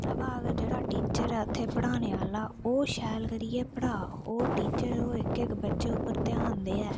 हां बा अगर जेह्ड़ा टीचर ऐ उत्थै पढ़ाने आह्ला ओह् शैल करियै पढ़ा ओह् टीचर ओह् इक इक बच्चे उप्पर ध्यान देऐ